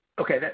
Okay